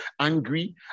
angry